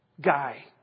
guy